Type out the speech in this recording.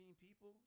people